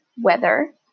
weather